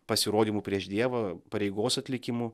pasirodymu prieš dievą pareigos atlikimu